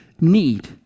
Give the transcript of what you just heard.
need